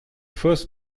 first